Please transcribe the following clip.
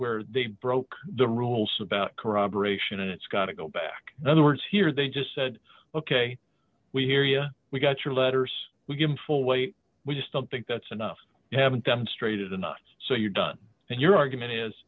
where they broke the rules about corroboration and it's gotta go back in other words here they just said ok we hear you we got your letters we're going full weight we just don't think that's enough you haven't demonstrated enough so you're done and your argument is